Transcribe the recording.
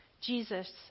Jesus